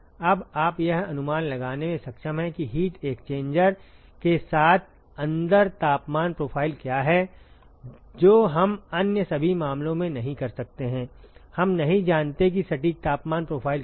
अब आप यह अनुमान लगाने में सक्षम हैं कि हीट एक्सचेंजर के अंदर तापमान प्रोफ़ाइल क्या है जो हम अन्य सभी मामलों में नहीं कर सकते हैं हम नहीं जानते कि सटीक तापमान प्रोफ़ाइल क्या है